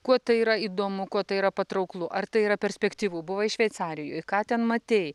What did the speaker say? kuo tai yra įdomu kuo tai yra patrauklu ar tai yra perspektyvu buvai šveicarijoj ką ten matei